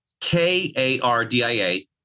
K-A-R-D-I-A